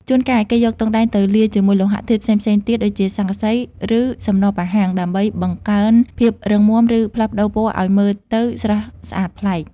ជួនកាល គេយកទង់ដែងទៅលាយជាមួយលោហៈធាតុផ្សេងៗទៀត ដូចជា ស័ង្កសី ឬសំណប៉ាហាំង ដើម្បីបង្កើនភាពរឹងមាំ ឬផ្លាស់ប្តូរពណ៌ឲ្យមើលទៅស្រស់ស្អាតប្លែក។